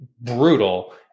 brutal